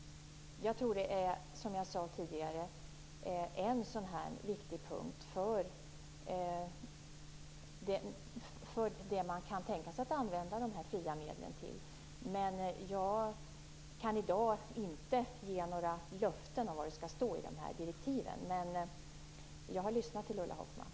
Som jag sade tidigare är det en viktig punkt som man kan tänkas använda de fria medlen till. Men jag kan inte i dag ge några löften om vad det skall stå i direktiven, men jag har lyssnat till Ulla Hoffmann.